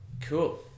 Cool